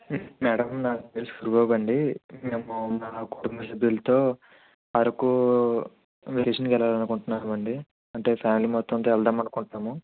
madam నా పేరు సూరి బాబు అండి మేము మా కుటుంబ సభ్యులతో అరకు వెకేషన్కి వెళ్ళాలని అనుకుంటున్నామండీ అంటే ఫ్యామిలీ మొత్తం అంతా వెళ్దాం అనుకుంటున్నాము